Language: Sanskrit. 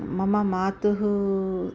मम मात्रा